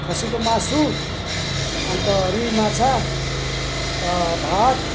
खसीको मासु अन्त रुई माछा भात